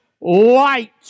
light